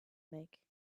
make